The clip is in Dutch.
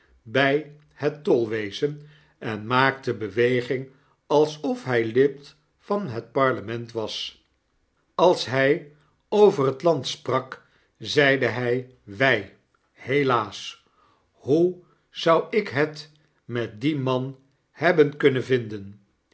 bij het tolwezen en maakte beweging alsof hij lid van het parlement was als hij over het land sprak zeide hij wij helaas hoe zou ik het met dien man hebben kunnen vinden